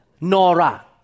Nora